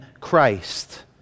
Christ